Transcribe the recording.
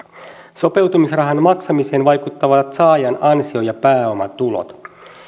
sopeutumisrahan maksamiseen vaikuttavat saajan ansio ja pääomatulot